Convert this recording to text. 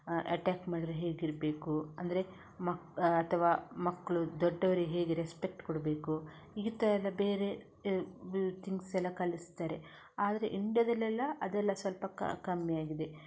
attack ಮಾಡಿದರೆ ಹೇಗಿರಬೇಕು ಅಂದರೆ ಮ ಅಥವಾ ಮಕ್ಕಳು ದೊಡ್ಡವರಿಗೆ ಹೇಗೆ ರೆಸ್ಪೆಕ್ಟ್ ಕೊಡಬೇಕು ಈ ಥರ ಬೇರೆ ಥಿಂಗ್ಸ್ ಎಲ್ಲ ಕಲಿಸ್ತಾರೆ ಆದರೆ ಇಂಡ್ಯಾದಲ್ಲೆಲ್ಲ ಅದೆಲ್ಲ ಸ್ವಲ್ಪ ಕ ಕಮ್ಮಿ ಆಗಿದೆ